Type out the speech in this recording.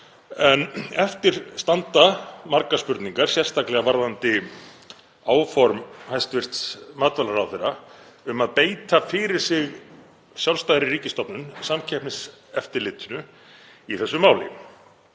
En eftir standa margar spurningar, sérstaklega varðandi áform hæstv. matvælaráðherra um að beita fyrir sig sjálfstæðri ríkisstofnun, Samkeppniseftirlitinu, í þessu máli.